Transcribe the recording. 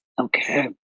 Okay